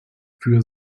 für